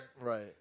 Right